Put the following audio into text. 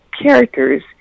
characters